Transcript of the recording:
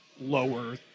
lower